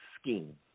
scheme